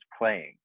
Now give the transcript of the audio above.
playing